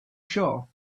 sure